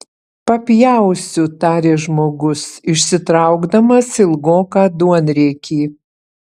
papjausiu tarė žmogus išsitraukdamas ilgoką duonriekį